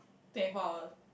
twenty four hour